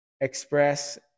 express